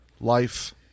life